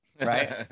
right